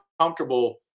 comfortable